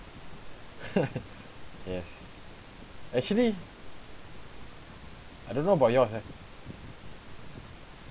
yes actually I don't know about yours eh